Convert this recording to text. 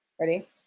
ready